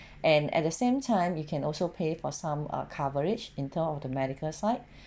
and at the same time you can also pay for some ah coverage in term of the medical side